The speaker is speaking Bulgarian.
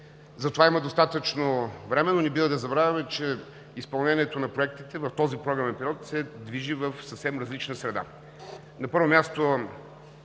За това има достатъчно време, но не бива да забравяме, че изпълнението на проектите в този програмен период се движи в съвсем различна среда.